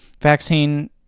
vaccine